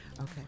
Okay